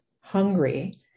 hungry